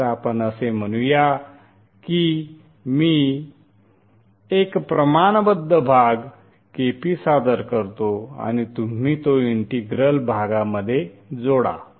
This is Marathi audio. तर आपण असे म्हणूया की मी एक प्रमाणबध्द भाग Kp सादर करतो आणि तुम्ही तो इंटिग्रल भागामध्ये जोडा